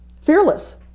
fearless